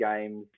games